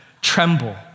tremble